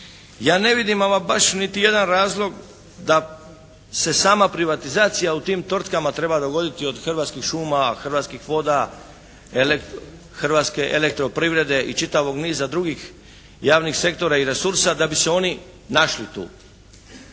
Ja ne vidim ama baš niti jedan razlog da se sama privatizacija u tim tvrtkama treba dogoditi od Hrvatskih šuma, Hrvatskih voda, Hrvatske elektroprivrede i čitavog niza drugih javnih sektora i resursa da bi se oni našli tu.